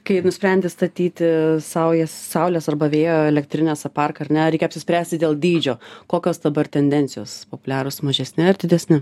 kai nusprendi statyti saujas saulės arba vėjo elektrinės parką ar ne reikia apsispręsti dėl dydžio kokios dabar tendencijos populiarūs mažesni ar didesni